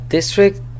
District